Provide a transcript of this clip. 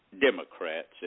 Democrats